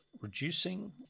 reducing